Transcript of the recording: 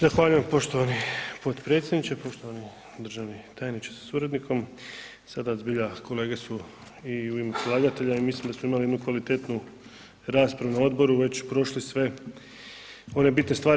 Zahvaljujem poštovani potpredsjedniče, poštovani državni tajniče sa suradnikom, sada zbilja kolege su i u ime predlagatelja i mislim da su imali jednu kvalitetnu raspravu na odboru, već prošli sve one bitne stvari.